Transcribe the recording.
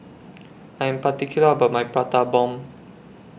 I Am particular about My Prata Bomb